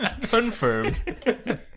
Confirmed